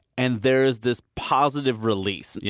and there is this positive release. yeah